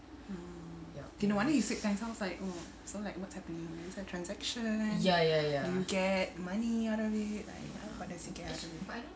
oh no wonder you said thanks I was like oh so like what's happening you accept transaction you get money out of it what does he get out of it